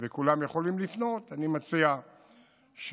וכולם יכולים לפנות, אני מציע שנחכה